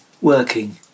working